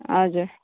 हजुर